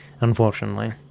unfortunately